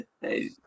Hey